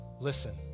listen